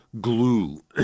glue